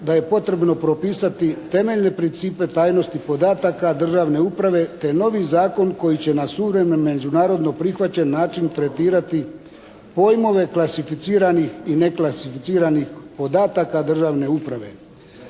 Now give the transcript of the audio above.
da je potrebno propisati temeljne principe tajnosti podataka državne uprave, te novi zakon koji će na suvremen međunarodno prihvaćen način tretirati pojmove klasificiranih i neklasificiranih podataka državne uprave,